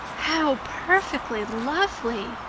how perfectly lovely!